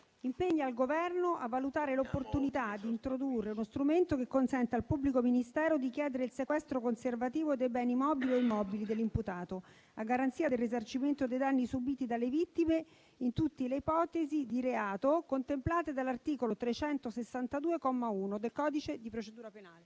impegna il Governo a valutare l'opportunità: di introdurre uno strumento che consenta al pubblico ministero di chiedere il sequestro conservativo dei beni mobili o immobili dell'imputato, a garanzia del risarcimento dei danni subiti dalle vittime, in tutte le ipotesi di reato contemplate dall'articolo 362, comma 1*-ter*, del codice di procedura penale.